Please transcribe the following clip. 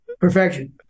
perfection